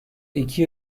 iki